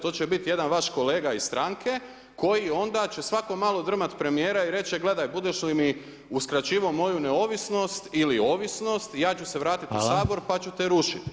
To će biti jedan vaš kolega iz stranke koji onda će svako malo drmat premijera, i reći će, gledaj, budeš li mi uskraćivao moju neovisnost ili ovisnost ja ću se vratiti u Sabor pa ću te rušiti.